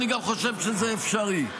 אני גם חושב שזה אפשרי.